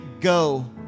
go